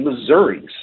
Missouri's